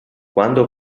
quando